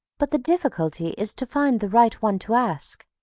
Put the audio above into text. but the difficulty is to find the right one to ask.